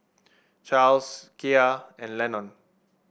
Charles Kiya and Lennon